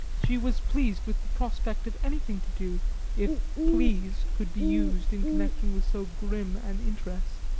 she was pleased with the prospect of anything to do if pleased could be used in connection with so grim an interest.